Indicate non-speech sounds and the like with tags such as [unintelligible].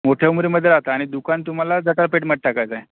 मोठ्या उंबरीमधे राहता आणि दुकान तुम्हाला [unintelligible] पेठमधे टाकायचं आहे